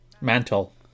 Mantle